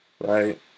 right